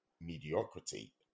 mediocrity